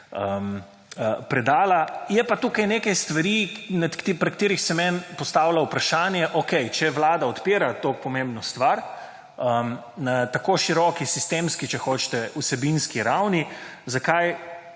predala, je pa tukaj nekaj stvari, pri katerih se meni postavlja vprašanje: okej, če Vlada odpira to pomembo stvar na tako široki sistemski, če hočete, vsebinski ravni, zakaj